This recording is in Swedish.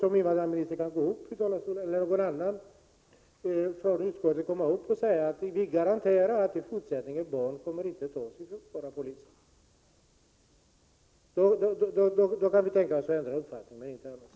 Om invandrarministern eller någon annan från utskottet kan gå upp i talarstolen och garantera att barn i fortsättningen inte kommer att tas i förvar av polisen, kan vi tänka oss att ändra uppfattning — men inte annars.